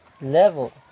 level